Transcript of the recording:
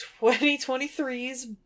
2023's